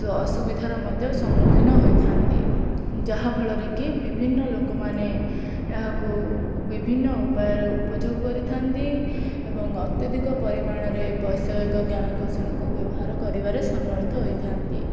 ଅସୁବିଧାର ମଧ୍ୟ ସମ୍ମୁଖୀନ ହୋଇଥାନ୍ତି ଯାହାଫଳରେ କି ବିଭିନ୍ନ ଲୋକମାନେ ଏହାକୁ ବିଭିନ୍ନ ଉପାୟରେ ଉପଯୋଗ କରିଥାନ୍ତି ଏବଂ ଅତ୍ୟଧିକ ପରିମାଣରେ ବୈଷୟିକ ଜ୍ଞାନକୌଶଳକୁ ବ୍ୟବହାର କରିବାରେ ସମର୍ଥ୍ୟ ହୋଇଥାନ୍ତି